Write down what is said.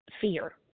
fear